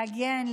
להגן,